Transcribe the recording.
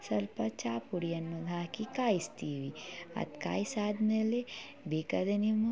ಸ್ವಲ್ಪ ಚಹ ಪುಡಿಯನ್ನು ಹಾಕಿ ಕಾಯಿಸ್ತೀವಿ ಅದು ಕಾಯಿಸಿ ಆದಮೇಲೆ ಬೇಕಾದರೆ ನೀವು